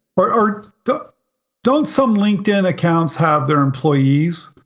but or don't some linkedin accounts have their employees